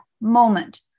moment